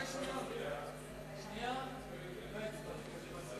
ההצעה להעביר את הצעת חוק התגמולים לנפגעי פעולות איבה (תיקון מס' 27)